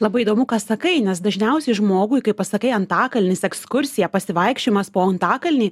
labai įdomu ką sakai nes dažniausiai žmogui kai pasakai antakalnis ekskursija pasivaikščiojimas po antakalnį